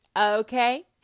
Okay